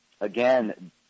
again